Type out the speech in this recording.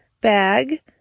Bag